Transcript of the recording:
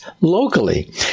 locally